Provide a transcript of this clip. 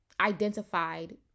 identified